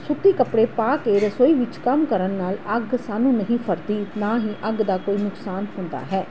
ਸੂਤੀ ਕੱਪੜੇ ਪਾ ਕੇ ਰਸੋਈ ਵਿੱਚ ਕੰਮ ਕਰਨ ਨਾਲ ਅੱਗ ਸਾਨੂੰ ਨਹੀ ਫੜ੍ਹਦੀ ਨਾ ਹੀ ਅੱਗ ਦਾ ਕੋਈ ਨੁਕਸਾਨ ਹੁੰਦਾ ਹੈ